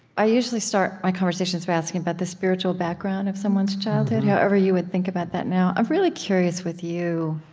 i usually start my conversations by asking about the spiritual background of someone's childhood, however you would think about that now. i'm really curious, with you,